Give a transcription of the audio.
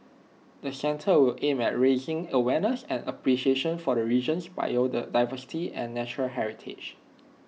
the centre will aim at raising awareness and appreciation for the region's biodiversity and natural heritage